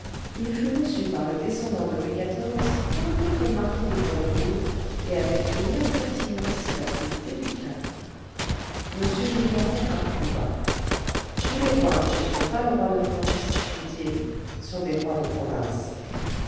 il fut reçu par le descendant de louis xiv un peu comme marquis de brandebourg et avec l'impertinence la plus délicate m gillenormand approuva tous les rois qui ne sont pas le roi de france dit-il sont des rois de province